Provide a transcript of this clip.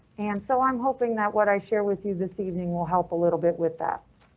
and so i'm hoping that what i share with you this evening will help a little bit with that.